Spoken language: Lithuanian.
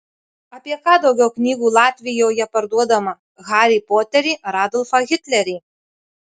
apie ką daugiau knygų latvijoje parduodama harį poterį ar adolfą hitlerį